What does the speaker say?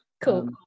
Cool